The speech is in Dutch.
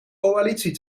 coalitie